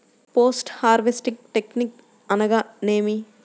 Post harvesting technique అనగా నేమి?